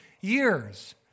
years